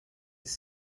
his